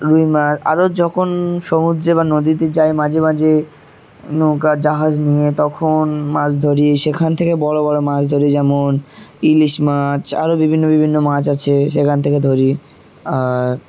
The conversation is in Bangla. রুই মাছ আরও যখন সমুদ্রে বা নদীতে যাই মাঝে মাঝে নৌকা জাহাজ নিয়ে তখন মাছ ধরি সেখান থেকে বড়ো বড়ো মাছ ধরি যেমন ইলিশ মাছ আরও বিভিন্ন বিভিন্ন মাছ আছে সেখান থেকে ধরি আর